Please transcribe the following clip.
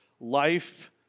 Life